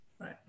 Right